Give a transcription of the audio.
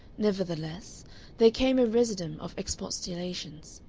nevertheless there came a residuum of expostulations.